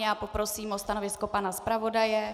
Já poprosím o stanovisko pana zpravodaje.